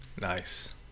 Nice